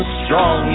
strong